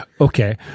Okay